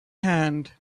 hand